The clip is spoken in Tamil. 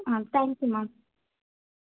ah thank you ma'am